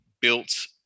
built